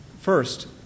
First